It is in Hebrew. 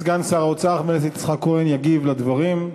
סגן שר האוצר חבר הכנסת יצחק כהן יגיב על הדברים.